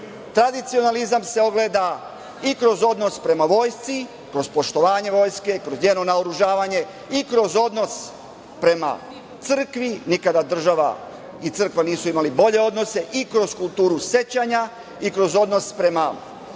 Tradicionalizam se ogleda i kroz odnos prema vojsci, kroz poštovanje vojske, kroz njeno naoružavanje i kroz odnos prema crkvi, nikada država i crkva nisu imali bolje odnose, i kroz kulturu sećanja i kroz odnos prema